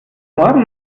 morgen